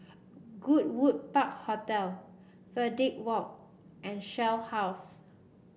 Goodwood Park Hotel Verde Walk and Shell House